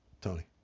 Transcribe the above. Tony